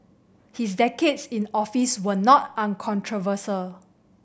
his decades in office were not uncontroversial